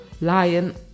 lion